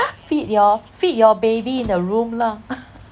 feed your feed your baby in the room lah